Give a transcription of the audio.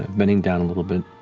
bending down a little bit.